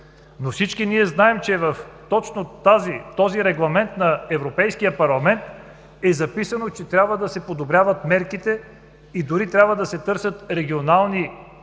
Но всички ние знаем, че в точно този Регламент на Европейския парламент е записано, че трябва да се подобряват мерките и дори трябва да се търсят регионални проекти,